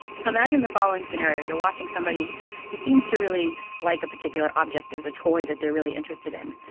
so imagine the following scenario. you're watching somebody who seems to really like a particular object. there's a toy that they're really interested in.